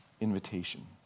invitation